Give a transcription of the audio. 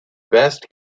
best